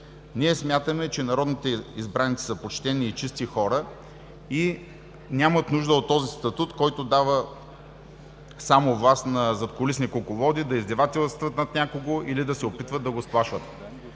Ние смятаме, че народните избраници са почтени и чисти хора и нямат нужда от този статут, който дава само власт на задкулисни кукловоди да издевателстват над някого или да се опитват да го сплашват.